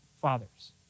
fathers